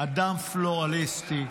אדם פלורליסטי,